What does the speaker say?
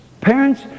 Parents